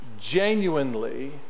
genuinely